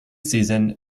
season